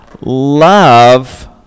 love